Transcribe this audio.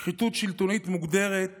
שחיתות שלטונית מוגדרת כך: